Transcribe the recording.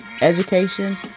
education